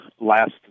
last